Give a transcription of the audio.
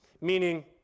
meaning